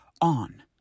on